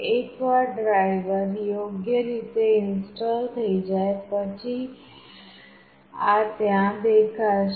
એકવાર ડ્રાઇવર યોગ્ય રીતે ઇન્સ્ટોલ થઈ જાય પછી આ ત્યાં દેખાશે